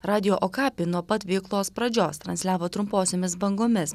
radijo okapi nuo pat veiklos pradžios transliavo trumposiomis bangomis